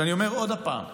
אני אומר, עוד פעם,